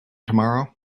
tomorrow